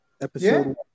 Episode